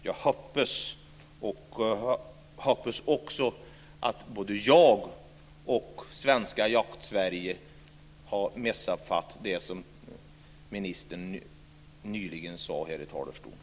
Jag hoppas också att både jag och Jakt-Sverige har missuppfattat det som ministern nyss sade här i talarstolen.